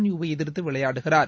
யூவை எதிர்த்து விளையாடுகிறார்